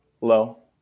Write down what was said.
Low